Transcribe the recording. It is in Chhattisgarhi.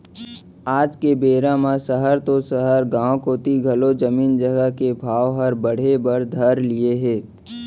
आज के बेरा म सहर तो सहर गॉंव कोती घलौ जमीन जघा के भाव हर बढ़े बर धर लिये हे